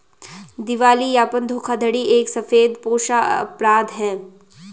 दिवालियापन धोखाधड़ी एक सफेदपोश अपराध है